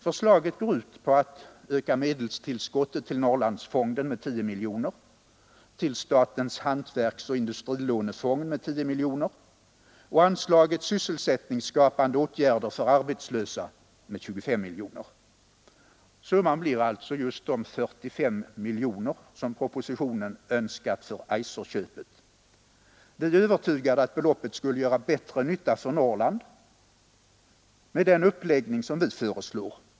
Förslaget går ut på att öka medelstillskottet till Norrlandsfonden med 10 miljoner kronor, till statens hantverksoch industrilånefond med 10 miljoner och till sysselsättningsskapande åtgärder för arbetslösa med 25 miljoner kronor. Summan blir alltså just de 45 miljoner som propositionen önskar för Eiser-projektet. Vi är övertygade om att beloppet skulle göra bättre nytta för Norrland med den uppläggning som vi föreslår.